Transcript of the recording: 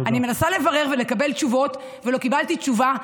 אני מנסה לברר ולקבל תשובות ולא קיבלתי תשובה.